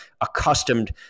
accustomed